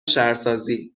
شهرسازی